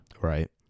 right